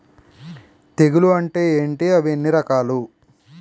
తెగులు అంటే ఏంటి అవి ఎన్ని రకాలు?